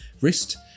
wrist